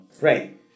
Right